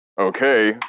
Okay